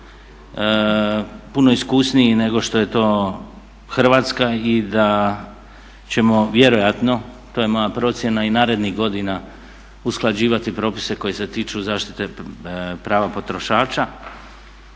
puno iskusniji nego što je to Hrvatska i da ćemo vjerojatno, to je moja procjena, i narednih godina usklađivati propise koji se tiču zaštite prava potrošača